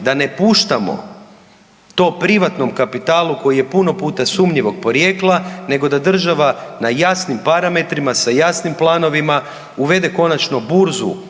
da ne puštamo to privatnom kapitalu koji je puno puta sumnjivog porijekla nego na država na jasnim parametrima sa jasnim planovima uvede konačnu burzu